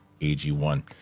AG1